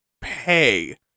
pay